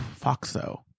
Foxo